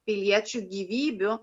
piliečių gyvybių